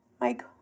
Mike